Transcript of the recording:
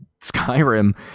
skyrim